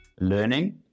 learning